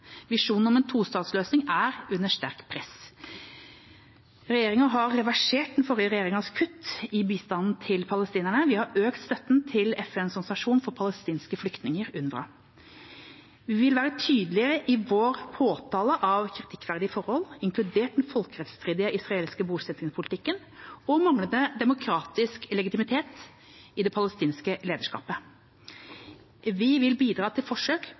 Visjonen om en tostatsløsning er under sterkt press. Regjeringa har reversert forrige regjerings kutt i bistanden til palestinerne. Vi har økt støtten til FNs organisasjon for palestinske flyktninger, UNRWA. Vi vil være tydeligere i vår påtale av kritikkverdige forhold, inkludert den folkerettsstridige israelske bosetningspolitikken og manglende demokratisk legitimitet i det palestinske lederskapet. Vi vil bidra til forsøk